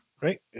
right